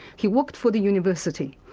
he worked for the university,